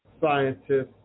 scientists